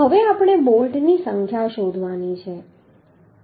હવે આપણે બોલ્ટની સંખ્યા શોધવાની છે